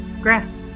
grasp